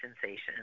sensation